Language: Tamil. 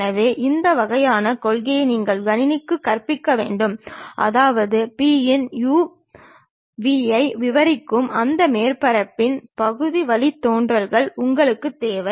எனவே இந்த வகையான கொள்கையை நீங்கள் கணினிக்கு கற்பிக்க வேண்டும் அதாவது P இன் u கமா v ஐ விவரிக்கும் அந்த மேற்பரப்பின் பகுதி வழித்தோன்றல்கள் உங்களுக்குத் தேவை